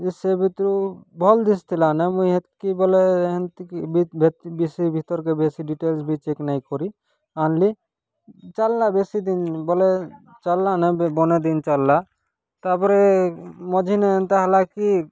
ଯେ ସେ ଭିତରୁ ଭଲ୍ ଦିଶୁ ଥିଲା ନା ମୁଇଁ ହେତ୍ କି ବେଲେ ଏମ୍ତି କି ବେଶୀ ଭିତରେ କେ ବେଶୀ ଡିଟେଲସ୍ ବି ଚେକ୍ ନାଇଁ କରି ଆଣ୍ଲି ଚାଲ୍ଲା ବେଶୀ ଦିନ୍ ବଲେ ଚାଲ୍ଲା ନା ବଡ଼େ ଦିନ୍ ଚାଲ୍ଲା ତାପରେ ମଝିରେ ଏନ୍ତା ହେଲା କି